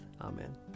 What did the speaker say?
Amen